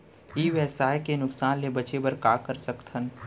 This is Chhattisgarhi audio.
ई व्यवसाय के नुक़सान ले बचे बर का कर सकथन?